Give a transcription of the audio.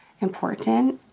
important